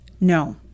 No